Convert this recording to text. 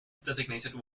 designated